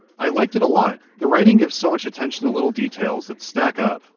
i liked it a lot! the writing gives so much attention to little details that stack up.